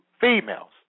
females